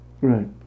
Right